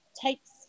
takes